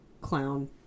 clown